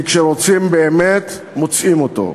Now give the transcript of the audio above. כי כשרוצים באמת מוצאים אותו.